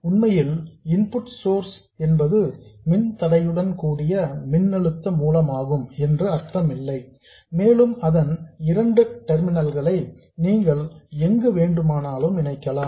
உண்மையில் input source என்பது மின்தடையுடன் கூடிய மின்னழுத்த மூலமாகும் என்று அர்த்தம் இல்லை மேலும் அதன் இரண்டு டெர்மினல்களை நீங்கள் எங்கு வேண்டுமானாலும் இணைக்கலாம்